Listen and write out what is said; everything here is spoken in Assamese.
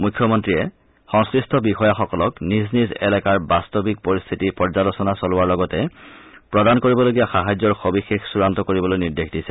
মুখ্যমন্ত্ৰীয়ে সংশ্লিষ্ট বিষয়াসকলক নিজ নিজ এলেকাৰ বাস্তিৱক পৰিস্থিতি পৰ্যালোচনা চলোৱাৰ লগতে প্ৰদান কৰিবলগীয়া সাহায্যৰ সবিশেষ চূড়ান্ত কৰিবলৈ নিৰ্দেশ দিছে